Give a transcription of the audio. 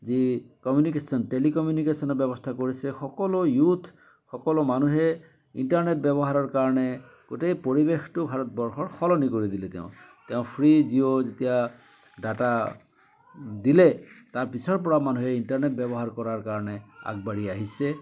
যি কমিউনিকেচন টেলিকমিউনিকচনৰ ব্যৱস্থা কৰিছে সকলো ইউথ সকলো মানুহে ইণ্টাৰনেট ব্যৱহাৰৰ কাৰণে গোটেই পৰিৱেশটো ভাৰতবৰ্ষৰ সলনি কৰি দিলে তেওঁ তেওঁ ফ্ৰী জিঅ' যেতিয়া ডাটা দিলে তাৰপিছৰ পৰা মানুহে ইণ্টাৰনেট ব্যৱহাৰ কৰাৰ কাৰণে আগবাঢ়ি আহিছে